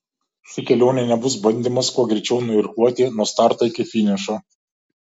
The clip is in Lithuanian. ši kelionė nebus bandymas kuo greičiau nuirkluoti nuo starto iki finišo